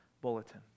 bulletin